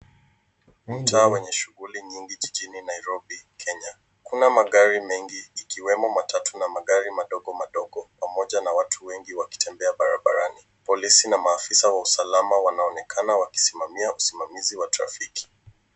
Mtaa wenye shughuli nyingi jijini Nairobi, Kenya, kuna magari mengi ikiwemo matatu na magari madogo madogo pamoja na watu wengi wakitembea barabarani. Polisi na maafisa wa usalama wanaonekana wakisimamia usimamizi wa trafiki.